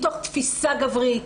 מתוך תפיסה גברית,